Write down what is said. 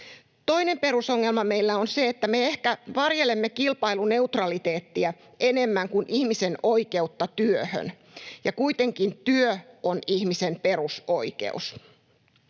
Toinen perusongelma meillä on se, että me ehkä varjelemme kilpailuneutraliteettia enemmän kuin ihmisen oikeutta työhön, ja kuitenkin työ on ihmisen perusoikeus.